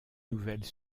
nouvelles